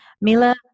Mila